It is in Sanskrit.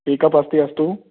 पिकप् अस्ति अस्तु